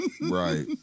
Right